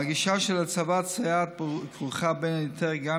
הגישה של הצבת סייעת כרוכה בין היתר גם